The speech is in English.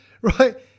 right